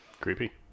Creepy